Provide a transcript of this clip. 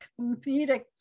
comedic